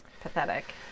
pathetic